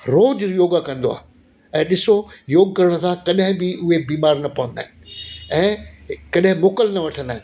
रोज योगा कंदो आहे ऐं ॾिसो योग करण सां कॾहिं बि उहे बीमार न पवंदा आहिनि ऐं कॾहिं मोकिल न वठंदा आहिनि